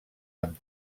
amb